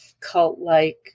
cult-like